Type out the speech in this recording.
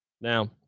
Now